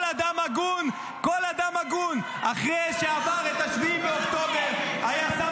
--- כל אדם הגון אחרי שעבר 7 באוקטובר היה שם